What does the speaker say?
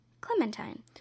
Clementine